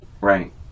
Right